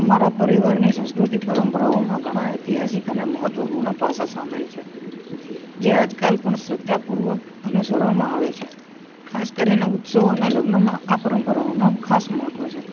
અમારા પરિવારની સંસ્કૃતિક પરંપરાઓમાં ઘણા ઐતિહાસિક અને મહત્વપૂર્ણ પાસા સામેલ છે જે આજકાલ પણ શ્રદ્ધાપૂર્વક અનુસરવામાં આવે છે ખાસ કરીને ઉત્સવો અને લગ્નોમાં આ પરંપરાઓનું ખાસ મહત્વ છે